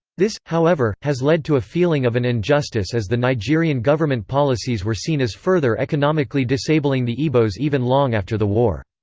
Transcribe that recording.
this, however, has led to a feeling of an injustice as the nigerian government policies were seen as further economically disabling the igbos even long after the war.